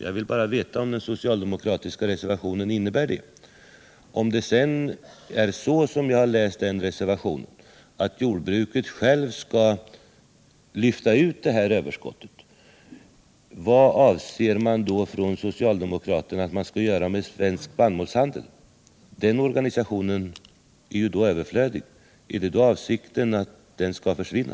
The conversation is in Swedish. Jag vill bara veta om den socialdemokratiska reservationen innebär detta. Om det sedan är så — jag har fattat reservationen på det sättet — att jordbruket självt skall lyfta ut det här överskottet, vill jag fråga vad socialdemokraterna anser att man skall göra med Svensk spannmålshandel. Den organisationen blir ju då överflödig. Är avsikten att den skall försvinna?